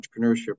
entrepreneurship